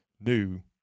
new